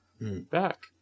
Back